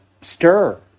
stir